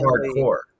hardcore